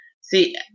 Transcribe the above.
See